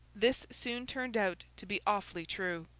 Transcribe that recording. this soon turned out to be awfully true.